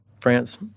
France